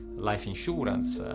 life insurance.